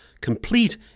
complete